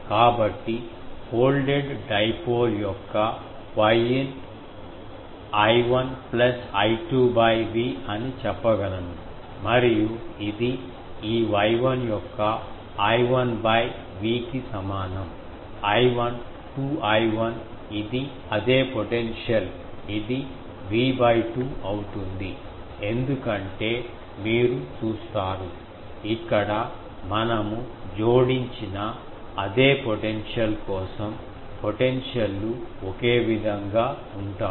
కాబట్టి folded dipole యొక్క Yin I1 plus I2 V అని చెప్పగలను మరియు ఇది ఈ Y1 యొక్క I1 V కి సమానం I1 2I1 ఇది అదే పొటెన్షియల్ ఇది V 2 అవుతుంది ఎందుకంటే మీరు చూస్తారు ఇక్కడ మనము జోడించిన అదే పొటెన్షియల్ కోసం పొటెన్షియల్లు ఒకే విధంగా ఉంటాయి